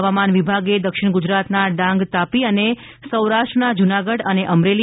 હવામાન વિભાગે દક્ષિણ ગુજરાતના ડાંગ તાપી અને સૌરાષ્ટ્રના જુનાગઢ અને અમરેલી